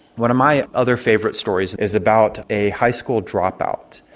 one of my other favourite stories is about a high school dropout.